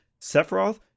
Sephiroth